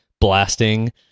blasting